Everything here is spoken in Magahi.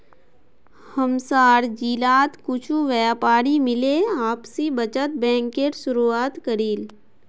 हमसार जिलात कुछु व्यापारी मिले आपसी बचत बैंकेर शुरुआत करील